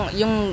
yung